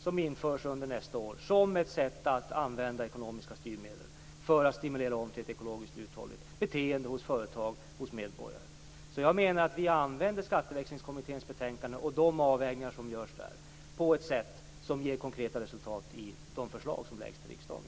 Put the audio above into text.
Den införs under nästa år som ett sätt att använda ekonomiska styrmedel för att stimulera ett ekologiskt uthålligt beteende hos företag och hos medborgare. Jag menar alltså att regeringen använder Skatteväxlingskommitténs betänkande och de avvägningar som görs där på ett sätt som ger konkreta resultat i de förslag som läggs fram för riksdagen.